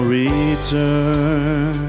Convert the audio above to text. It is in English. return